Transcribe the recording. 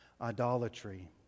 idolatry